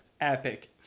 epic